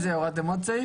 ולפני זה הורדתם עוד סעיף?